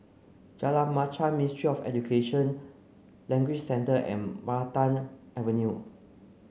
Jalan Machang Ministry of Education Language Centre and Maranta Avenue